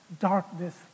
darkness